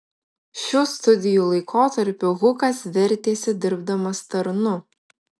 šių studijų laikotarpiu hukas vertėsi dirbdamas tarnu